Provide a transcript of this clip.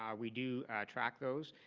um we do track those.